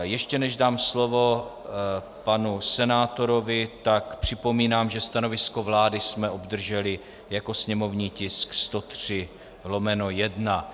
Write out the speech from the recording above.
Ještě než dám slovo panu senátorovi, připomínám, že stanovisko vlády jsme obdrželi jako sněmovní tisk 103/1.